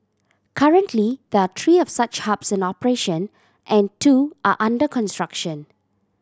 currently there are three of such hubs in operation and two are under construction